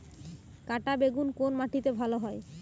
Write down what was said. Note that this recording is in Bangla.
কাঁটা বেগুন কোন মাটিতে ভালো হয়?